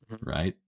right